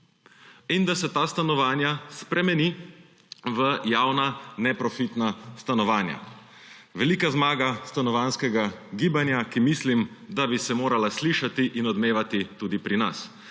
in da se ta stanovanja spremeni v javna neprofitna stanovanja. Velika zmaga stanovanjskega gibanja, ki mislim, da bi se morala slišati in odmevati tudi pri nas.